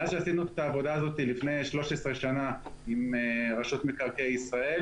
מאז שעשינו את העבודה הזאת לפני 13 שנה עם רשות מקרקעי ישראל